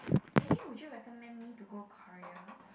actually would you recommend me to go Korea